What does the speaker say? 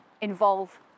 involve